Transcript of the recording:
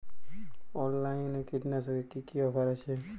অনলাইনে কীটনাশকে কি অফার আছে?